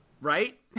Right